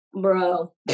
bro